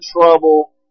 trouble